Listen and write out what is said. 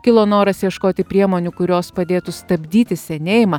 kilo noras ieškoti priemonių kurios padėtų stabdyti senėjimą